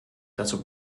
dazu